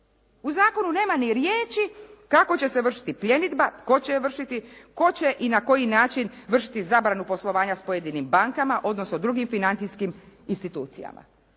U zakonu nema ni riječi kako će se vršiti pljenidba, tko će je vršiti, tko će i na koji način vršiti zabranu poslovanja s pojedinim bankama, odnosno drugim financijskim institucijama.